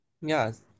Yes